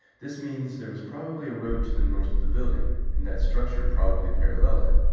this means there was probably a road to the north of the building, and that structure probably paralleled it.